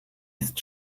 ist